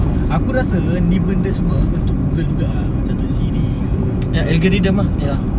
aku rasa ini benda semua untuk Google juga ah macam untuk SIRI ke Google ke